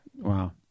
Wow